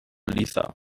lisa